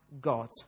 God